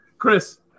Chris